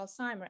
Alzheimer